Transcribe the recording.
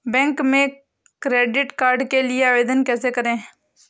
Bank में credit card के लिए आवेदन कैसे करें?